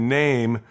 name